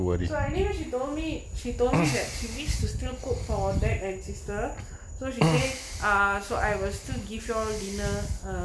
so anyways she told me she told me that she did still cook for dad and sister so she says ah so I was to still give you all dinner ah